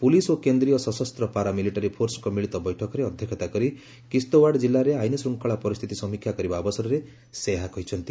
police ଓ କେନ୍ଦ୍ରୀୟ ସଶସ୍ତ ପାରା ମିଲିଟାରୀ ଫୋର୍ସଙ୍କ ମିଳିତ ବୈଠକରେ ଅଧ୍ୟକ୍ଷତା କରି କିସ୍ତ୍ୱାଡ଼୍ କିଲ୍ଲାରେ ଆଇନ ଶୃଙ୍ଖଳା ପରିସ୍ଥିତି ସମୀକ୍ଷା କରିବା ଅବସରରେ ସେ ଏହା କହିଛନ୍ତି